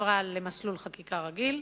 שהועברה למסלול חקיקה רגיל.